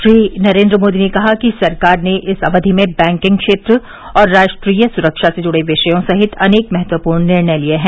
श्री नरेन्द मोदी ने कहा कि सरकार ने इस अवधि में बैंकिंग क्षेत्र और राष्ट्रीय सुरक्षा से जुड़े विषयों सहित अनेक महत्वपूर्ण निर्णय लिए हैं